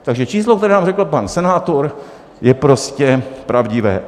Takže číslo, které nám řekl pan senátor, je prostě pravdivé.